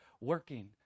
working